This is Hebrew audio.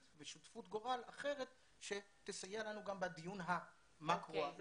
ושותפות גורל אחרת שתסייע לנו גם בדיון המקרו לגבי סוגיה כזו.